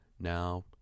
now